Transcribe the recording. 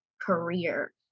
career